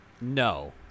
No